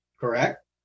Correct